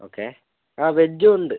okay അതെ വെജും ഉണ്ട്